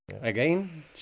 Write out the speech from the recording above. again